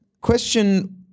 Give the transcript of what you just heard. Question